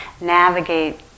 navigate